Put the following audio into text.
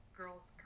girls